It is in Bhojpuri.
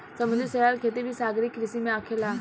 समुंद्री शैवाल के खेती भी सागरीय कृषि में आखेला